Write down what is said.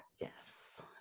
yes